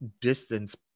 distance